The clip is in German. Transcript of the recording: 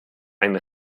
ein